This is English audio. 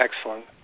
Excellent